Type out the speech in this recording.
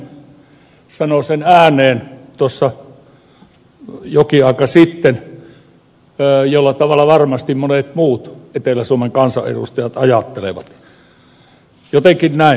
saarinen sanoi sen ääneen tuossa jokin aika sitten millä tavalla varmasti monet muut etelä suomen kansanedustajat ajattelevat jotenkin näin